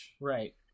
Right